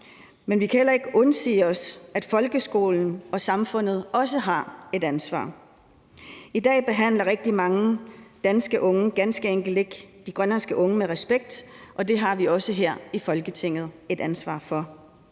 Men vi kan heller ikke undsige os, at folkeskolen og samfundet også har et ansvar. I dag behandler rigtig mange danske unge ganske enkelt ikke de grønlandske unge med respekt, og det har vi også her i Folketinget et ansvar for.